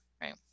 right